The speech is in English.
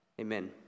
Amen